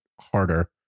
harder